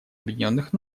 объединенных